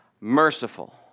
Merciful